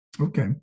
Okay